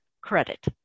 credit